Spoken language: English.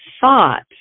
thought